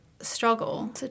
struggle